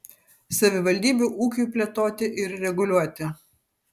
savivaldybių ūkiui plėtoti ir reguliuoti